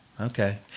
Okay